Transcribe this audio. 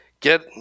get